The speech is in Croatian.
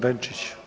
Benčić.